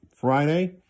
Friday